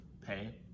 pay